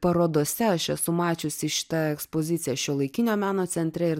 parodose aš esu mačiusi šitą ekspoziciją šiuolaikinio meno centre ir